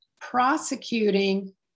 prosecuting